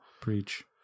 Preach